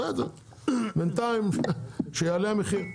בסדר בינתיים שיעלה המחיר.